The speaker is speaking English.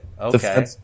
Okay